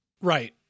Right